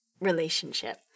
relationship